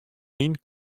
lyn